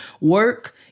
work